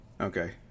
okay